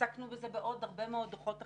עסקנו בזה בעוד הרבה מאוד דוחות אחרים.